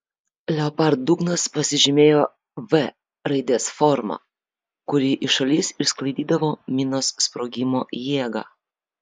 leopard dugnas pasižymėjo v raidės forma kuri į šalis išsklaidydavo minos sprogimo jėgą